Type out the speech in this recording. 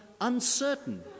uncertain